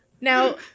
Now